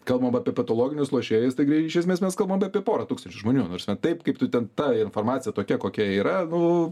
kalbam apie patologinius lošėjus taigi iš esmės mes kalbam apie pora tūkstančių žmonių nu ta prasme taip kaip tu ten ta informacija tokia kokia yra nu